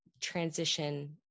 transition